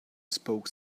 spoke